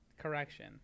correction